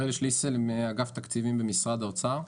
אני מאגף תקציבים במשרד האוצר.